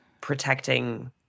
protecting